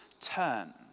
turn